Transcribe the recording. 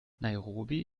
nairobi